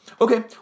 Okay